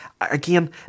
again